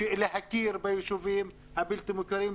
להכיר ביישובים הבלתי מוכרים,